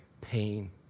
pain